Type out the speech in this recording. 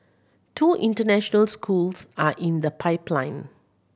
two international schools are in the pipeline